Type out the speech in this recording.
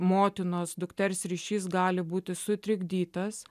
motinos dukters ryšys gali būti sutrikdytas